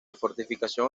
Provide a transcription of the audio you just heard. fortificación